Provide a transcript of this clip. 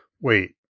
wait